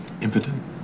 Impotent